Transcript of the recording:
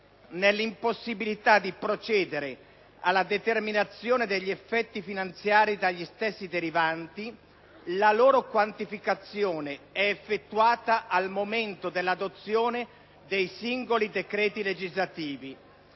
nell’impossibilita di procedere alla determinazione degli effetti finanziari dagli stessi derivanti, la loro quantificazione eeffettuata al momento dell’adozione dei singoli decreti legislativi.